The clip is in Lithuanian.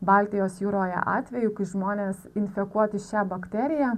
baltijos jūroje atvejų kai žmonės infekuoti šia bakterija